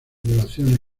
duración